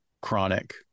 chronic